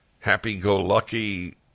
Happy-go-lucky